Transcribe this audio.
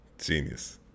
Genius